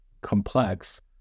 complex